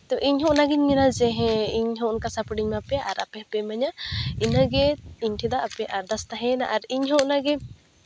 ᱤᱧᱦᱚᱸ ᱚᱱᱟᱜᱮᱧ ᱢᱮᱱᱟ ᱡᱮ ᱦᱮᱸ ᱤᱧᱦᱚᱸ ᱚᱱᱠᱟ ᱥᱟᱯᱳᱨᱴ ᱤᱧ ᱮᱢᱟ ᱯᱮᱭᱟ ᱟᱨ ᱟᱯᱮ ᱦᱚᱸᱯᱮ ᱤᱢᱟᱹᱧᱟ ᱤᱱᱟᱹᱜᱮ ᱤᱧ ᱴᱷᱮᱱ ᱫᱚ ᱟᱯᱮᱭᱟᱜ ᱟᱨᱫᱟᱥ ᱛᱟᱦᱮᱭᱮᱱᱟ ᱟᱨ ᱤᱧᱦᱚᱸ ᱚᱱᱟᱜᱮ